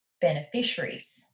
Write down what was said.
beneficiaries